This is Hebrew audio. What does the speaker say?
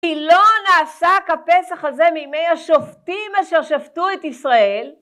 כי לא נעשה כפסח הזה מימי השופטים אשר שפטו את ישראל.